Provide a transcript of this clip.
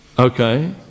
Okay